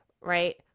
right